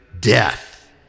death